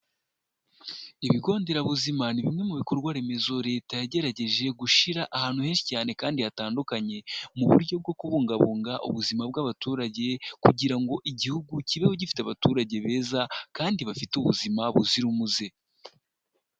Ibigo nderabuzima ni bimwe mu bikorwa remezo leta yagerageje gushira ahantu henshi cyane kandi hatandukanye mu buryo bwo kubungabunga ubuzima bw'abaturage kugira ngo igihugu kibeho gifite abaturage beza kandi bafite ubuzima buzira umuze.